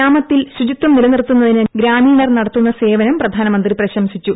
ഗ്രാമത്തിൽ ശുചിത്വം നിലനിർത്തുന്നതിന് ഗ്രാമീണർ നടത്തുന്ന സേവനം പ്രധാനമന്ത്രി പ്രശംസിച്ചു